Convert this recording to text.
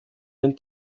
den